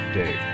day